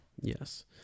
Yes